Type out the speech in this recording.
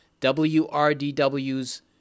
WRDW's